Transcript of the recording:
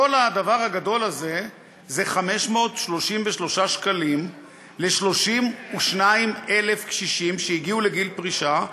כל הדבר הגדול הזה הוא 533 שקלים ל-32,000 קשישים שהגיעו לגיל פרישה,